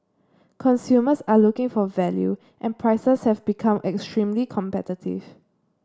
consumers are looking for value and prices have become extremely competitive